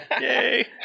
Yay